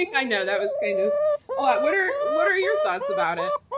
i know. that was kind of a lot. what are what are your thoughts about it?